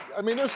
i mean there's